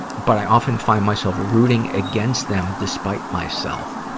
but i often find myself rooting against them, despite myself.